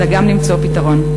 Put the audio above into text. אלא גם למצוא פתרון,